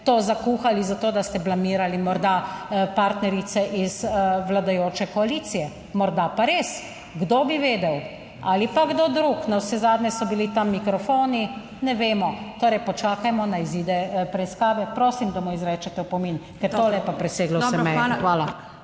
to zakuhali zato, da ste blamirali morda partnerice iz vladajoče koalicije; morda pa res, kdo bi vedel. Ali pa kdo drug, navsezadnje so bili tam mikrofoni. Ne vemo. Torej počakajmo na izide preiskave. Prosim, da mu izrečete opomin, ker tole je pa preseglo vse meje. Hvala.